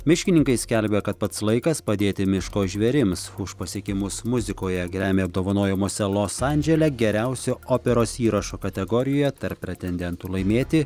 miškininkai skelbia kad pats laikas padėti miško žvėrims už pasiekimus muzikoje gremy apdovanojimuose los andžele geriausio operos įrašo kategorijoje tarp pretendentų laimėti